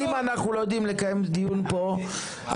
אם אנחנו לא יודעים לקיים דיון מסודר פה אנחנו